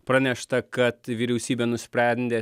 pranešta kad vyriausybė nusprendė